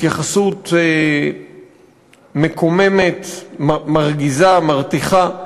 התייחסות מקוממת, מרגיזה, מרתיחה,